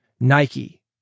Nike